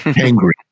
angry